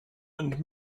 and